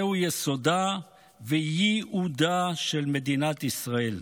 זהו יסודה וייעודה של מדינת ישראל.